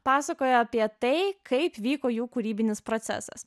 pasakojo apie tai kaip vyko jų kūrybinis procesas